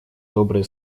добрые